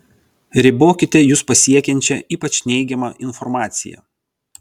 ribokite jus pasiekiančią ypač neigiamą informaciją